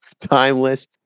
timeless